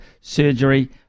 surgery